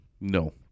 No